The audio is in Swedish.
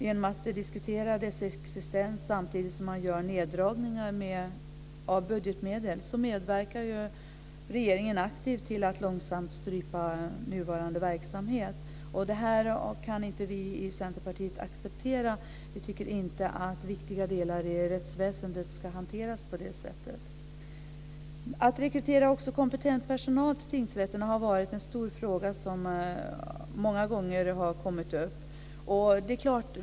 Genom att diskutera deras existens samtidigt som man gör neddragningar av budgetmedel medverkar ju regeringen aktivt till att långsamt strypa nuvarande verksamhet. Det kan vi i Centerpartiet inte acceptera. Vi tycker inte att viktiga delar i rättsväsendet ska hanteras på det sättet. Att rekrytera kompetent personal till tingsrätterna har varit en stor fråga som har kommit upp många gånger.